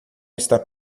está